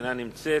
אינה נמצאת.